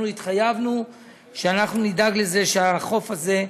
ואנחנו התחייבנו שאנחנו נדאג שהחוף הזה,